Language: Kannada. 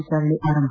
ವಿಚಾರಣೆ ಆರಂಭ